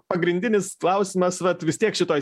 pagrindinis klausimas vat vis tiek šitoj